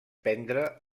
prendre